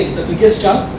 biggest chunk,